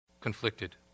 Conflicted